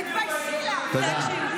תאפשרו את זה, תהיו ישרים,